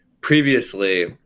previously